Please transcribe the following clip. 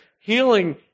healing